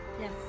yes